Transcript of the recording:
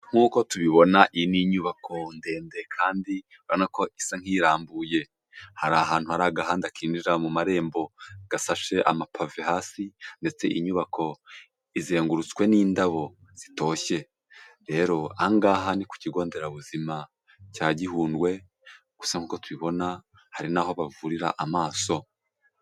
Nkuko tubibona, iyi ni nyubako ndende kandi urabona ko isa nk'irambuye, hari ahantu hari agahanda kinjira mu marembo gasashe amapave hasi ,ndetse inyubako izengurutswe n'indabo zitoshye. Rero, aha ngaha ni ku kigo nderabuzima cya Gihundwe, gusa nkuko tubibona hari naho bavurira amaso.